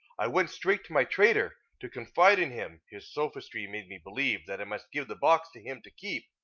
i went straight to my traitor, to confide in him his sophistry made me believe that i must give the box to him to keep,